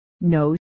No